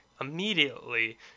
immediately